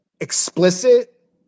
explicit